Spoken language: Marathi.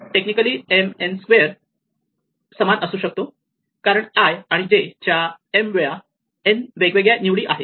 टेक्निकली m n स्क्वेअर समान असू शकतो कारण i आणि j च्या m वेळा n वेगवेगळ्या निवडी आहेत